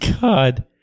God